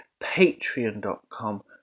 patreon.com